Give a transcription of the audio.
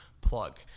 Plug